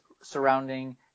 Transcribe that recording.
surrounding